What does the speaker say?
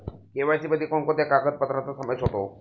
KYC मध्ये कोणकोणत्या कागदपत्रांचा समावेश होतो?